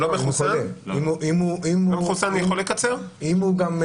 אתה מדבר על